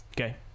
Okay